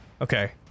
Okay